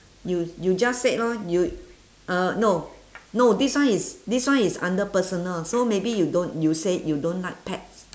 you you just said lor you uh no no this one is this one is under personal so maybe you don't you say you don't like pets